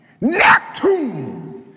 Neptune